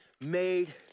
made